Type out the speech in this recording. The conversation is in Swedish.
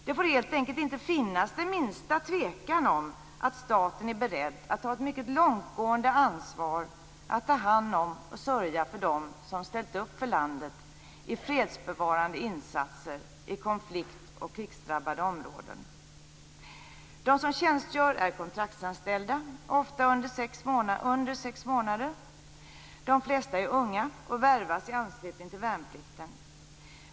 Det får helt enkelt inte finnas den minsta tvekan om att staten är beredd att ta ett mycket långtgående ansvar när det gäller att ta hand om och sörja för dem som ställt upp för landet i fredsbevarande insatser i konflikt och krigsdrabbade områden. De som tjänstgör är kontraktsanställda, ofta under sex månader. De flesta är unga och värvas i anslutning till värnplikten.